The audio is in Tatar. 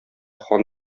хан